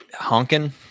honking